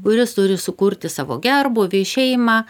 kuris turi sukurti savo gerbūvį šeimą